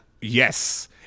Yes